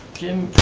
jim.